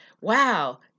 wow